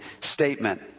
statement